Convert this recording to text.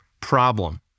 problem